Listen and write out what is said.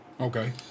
Okay